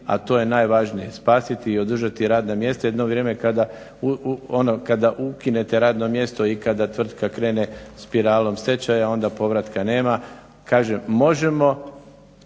a to je najvažnije. Spasiti i održati radna mjesta jedno vrijeme ono kada ukinete radno mjesto i kada tvrtka krene spiralom stečaja onda povratka nema. Kažem možemo,